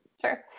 Sure